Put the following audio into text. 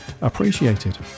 appreciated